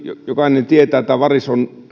jokainen tietää että varis on